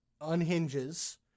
unhinges